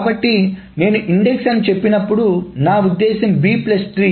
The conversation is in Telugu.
కాబట్టి నేను ఇండెక్స్ అని చెప్పినప్పుడు నా ఉద్దేశ్యం B ట్రీ